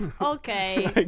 Okay